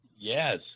Yes